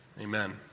amen